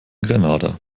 grenada